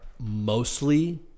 Mostly